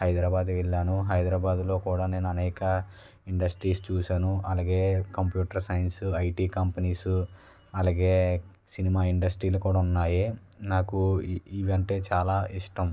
హైదరాబాద్ వెళ్ళాను హైదరాబాదులో కూడా నేను అనేక ఇండస్ట్రీస్ చూసాను అలాగే కంప్యూటర్ సైన్స్ ఐటీ కంపెనీస్ అలాగే సినిమా ఇండస్ట్రీలు కూడా ఉన్నాయి నాకు ఇవి అంటే చాలా ఇష్టం